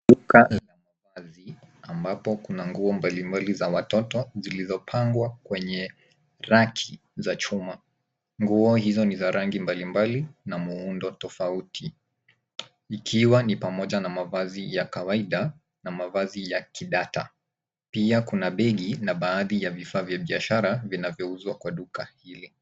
Duka la mavazi ambapo kuna nguo mbalimbali za watoto zilizopangwa kwenye raki za chuma. Nguo hizo ni za rangi mbalimbali na muundo tofauti ikiwa ni pamoja na mavazi ya kawaida na mavazi ya kidata. Pia kuna begi na baadhi ya vifaa vya biashara vinavyouzwa kwa duka hili.